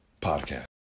Podcast